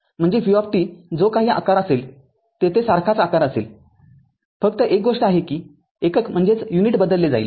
म्हणजे v जो काही आकार असेल तेथे सारखाच आकार असेल फक्त एक गोष्ट आहे कि एकक बदलले जाईल